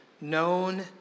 known